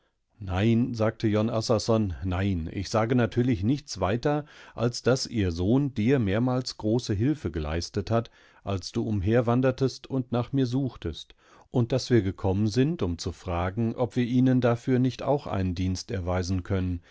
nein sagtejonassarson nein ich sage natürlich nichts weiter als daß ihr sohn dir mehrmals große hilfegeleistethat alsduumherwandertestundnachmirsuchtest unddaßwir gekommen sind um zu fragen ob wir ihnen dafür nicht auch einen dienst erweisen können